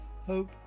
hope